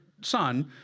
son